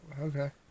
okay